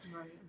Right